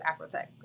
Afrotech